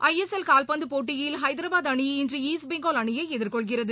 ஐ S L கால்பந்துப் போட்டியில் ஐதராபாத் அணி இன்று ஈஸ்ட் பெங்கால் அணியை எதிர்கொள்கிறது